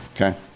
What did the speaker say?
okay